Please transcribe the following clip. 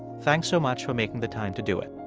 thanks so much for making the time to do it